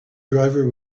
driver